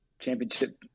championship